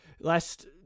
Last